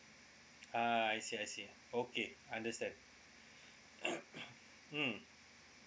ah I see I see okay I understand mm